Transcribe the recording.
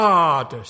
God